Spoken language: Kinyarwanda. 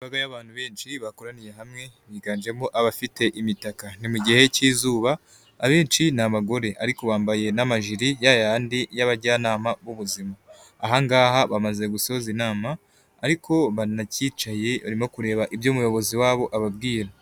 Imbaga y'abantu benshi bakoraniye hamwe higanjemo abafite imitaka mu gihe cy'izuba abenshi ni abagore ariko bambaye n'amajiri ya yandi y'abajyanama b'ubuzima, aha ngaha bamaze gusoza inama ariko banacyicaye barimo kureba ibyo umuyobozi wabo ababwira.